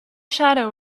shadow